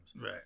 right